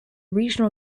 regional